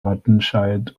wattenscheid